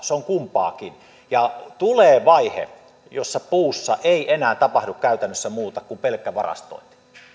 se on kumpaakin tulee vaihe jossa puussa ei tapahdu enää käytännössä muuta kuin pelkkä varastointi